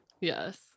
Yes